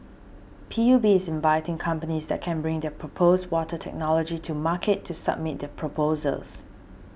P U B is inviting companies that can bring their proposed water technology to market to submit their proposals